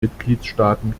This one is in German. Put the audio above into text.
mitgliedstaaten